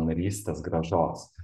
narystės grąžos